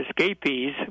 escapees